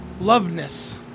Loveness